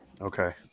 Okay